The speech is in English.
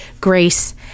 grace